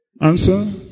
Answer